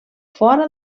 fora